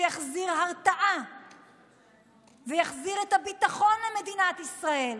שיחזיר התרעה ויחזיר את הביטחון למדינת ישראל,